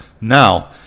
Now